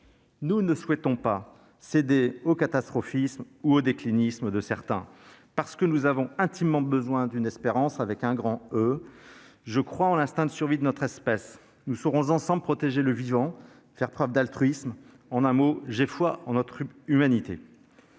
Nous ne souhaitons pas céder au catastrophisme ou au déclinisme de certains, parce que nous avons intimement besoin d'une « Espérance ». Je crois en l'instinct de survie de notre espèce. Nous saurons ensemble protéger le vivant et faire preuve d'altruisme. J'ai foi en notre humanité.